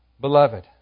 Beloved